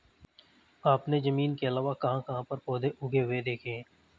आपने जमीन के अलावा कहाँ कहाँ पर पौधे उगे हुए देखे हैं?